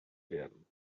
werden